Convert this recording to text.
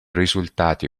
risultati